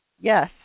Yes